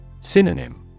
Synonym